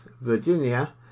Virginia